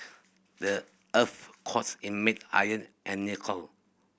the earth's cores is made iron and nickel